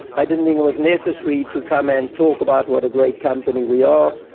i didn't think it was necessary to come and talk about what a great company we are.